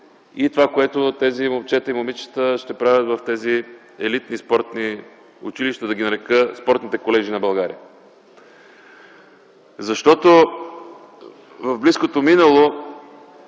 и това, което тези момчета и момичета ще правят в тези елитни спортни училища, да ги нарека спортните колежи на България. Защото в близкото минало